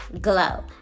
glow